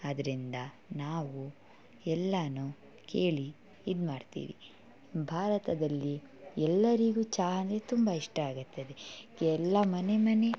ಅದರಿಂದ ನಾವು ಎಲ್ಲವು ಕೇಳಿ ಇದು ಮಾಡ್ತೀವಿ ಭಾರತದಲ್ಲಿ ಎಲ್ಲರಿಗೂ ಚಹ ಅಂದರೆ ತುಂಬ ಇಷ್ಟಾಗುತ್ತದೆ ಎಲ್ಲ ಮನೆ ಮನೆ